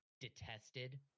detested